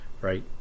right